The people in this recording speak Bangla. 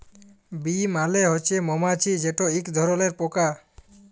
বী মালে হছে মমাছি যেট ইক ধরলের পকা